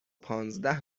پانزده